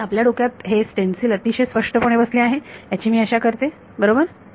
तर आपल्या डोक्यात हे स्टेन्सिल अतिशय स्पष्टपणे बसले आहे याची मी आशा करते बरोबर